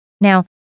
Now